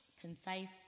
concise